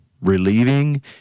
relieving